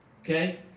Okay